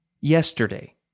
yesterday